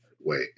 wait